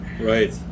Right